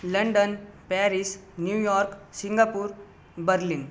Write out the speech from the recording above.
London Paris New York Singapore Berlin